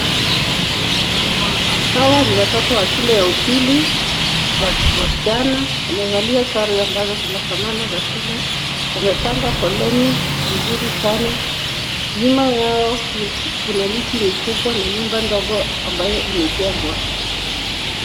Hawa ni watoto wa shule ya upili wasichana wamevalia sare ambazo zinafanana za shule. Wamepanga foleni nzuri sana. Nyuma yao kuna miti mikubwa na nyumba ndogo ambayo imejengwa.